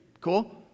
Cool